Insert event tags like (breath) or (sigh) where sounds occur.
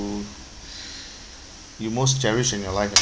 (breath) you most cherished in your life